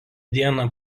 dieną